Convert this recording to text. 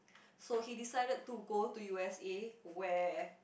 so he decided to go to U_S_A where